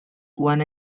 one